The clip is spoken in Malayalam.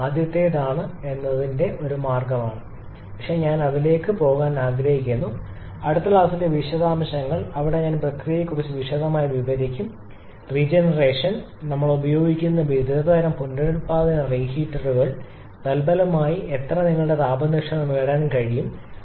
ഇത് ആദ്യത്തേതാണ് എന്നതിന്റെ ഒരു മാർഗ്ഗമാണ് പക്ഷെ ഞാൻ അതിലേക്ക് പോകാൻ ആഗ്രഹിക്കുന്നു അടുത്ത ക്ലാസിലെ വിശദാംശങ്ങൾ അവിടെ ഞാൻ പ്രക്രിയയെക്കുറിച്ച് വിശദമായി വിവരിക്കും റീ ജനറേഷൻ ഞങ്ങൾ ഉപയോഗിക്കുന്ന വിവിധ തരം പുനരുൽപ്പാദന ഹീറ്ററുകൾ തൽഫലമായി എത്ര നിങ്ങളുടെ താപ ദക്ഷത ഞങ്ങൾക്ക് നേടാൻ കഴിയും